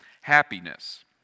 happiness